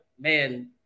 man